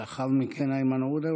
לאחר מכן, איימן עודה.